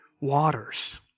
waters